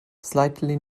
slightly